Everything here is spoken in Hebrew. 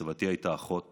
סבתי הייתה אחות